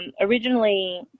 originally